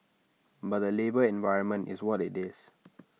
but the labour environment is what IT is